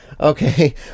Okay